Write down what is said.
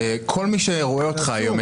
וכל מי שרואה אותך היום,